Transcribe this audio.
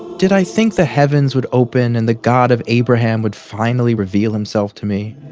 did i think the heavens would open and the god of abraham would finally reveal himself to me?